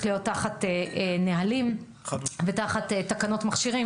להיות תחת נהלים ותחת תקנות מכשירים.